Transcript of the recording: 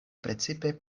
precipe